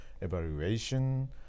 evaluation